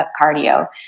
cardio